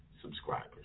subscribers